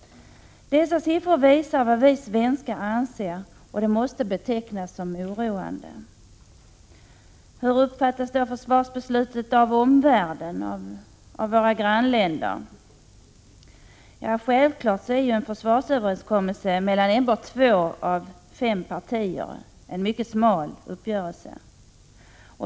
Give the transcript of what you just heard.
Dessa siffror visar vad vi svenskar anser och det måste betecknas som oroande. Hur uppfattas då försvarsbeslutet av omvärlden, av våra grannländer? Självfallet är en försvarsöverenskommelse mellan enbart två av fem partier en mycket smal uppgörelse.